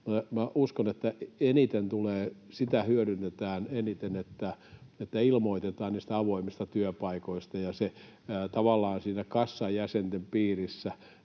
asioita, että eniten hyödynnetään sitä, että ilmoitetaan niistä avoimista työpaikoista ja tavallaan siinä kassan jäsenten piirissä